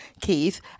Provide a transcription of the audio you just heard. Keith